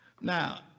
Now